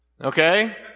Okay